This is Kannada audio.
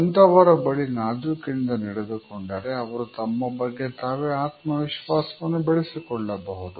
ಅಂಥವರ ಬಳಿ ನಾಜೂಕಿನಿಂದ ನಡೆದುಕೊಂಡರೆ ಅವರು ತಮ್ಮ ಬಗ್ಗೆ ತಾವೇ ಆತ್ಮವಿಶ್ವಾಸವನ್ನು ಬೆಳೆಸಿಕೊಳ್ಳಬಹುದು